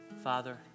Father